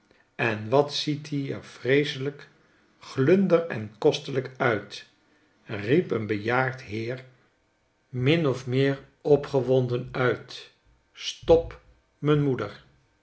en wat ziet i er vreeselijk glunder en kostelijk uit riep eenbejaardheer min of meer opgewonden uit stop m'nmoeder